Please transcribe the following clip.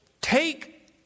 Take